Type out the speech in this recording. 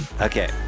Okay